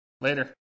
Later